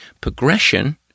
Progression